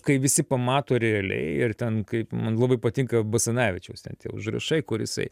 kai visi pamato realiai ir ten kaip man labai patinka basanavičiaus ten tie užrašai kur jisai